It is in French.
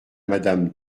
madame